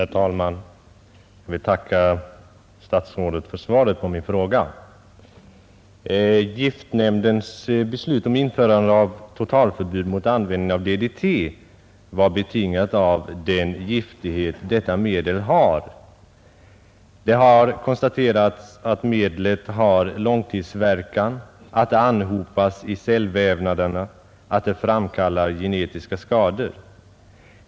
Herr talman! Jag vill tacka statsrådet för svaret på min fråga. Giftnämndens beslut om införande av totalförbud mot användning av DDT var betingat av den giftighet detta medel har. Det har konstaterats att medlet har långtidsverkan, att det anhopas i cellvävnaderna och att det framkallar genetiska skador.